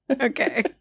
okay